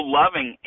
loving